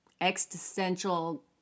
existential